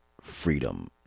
freedom